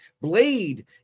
blade